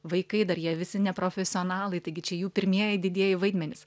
vaikai dar jie visi neprofesionalai taigi čia jų pirmieji didieji vaidmenys